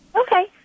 Okay